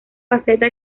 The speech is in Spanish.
faceta